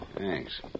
Thanks